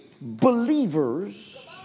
believers